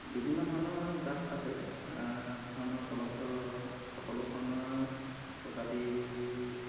বিভিন্ন ধৰণৰ জাত আছে ধৰণৰ উপলব্ধ সকলো ধৰণৰ প্ৰজাতি